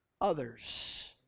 others